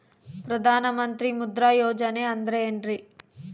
ಪ್ರಧಾನ ಮಂತ್ರಿ ಮುದ್ರಾ ಯೋಜನೆ ಅಂದ್ರೆ ಏನ್ರಿ?